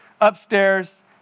Upstairs